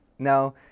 Now